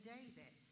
David